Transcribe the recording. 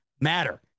matter